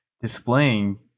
displaying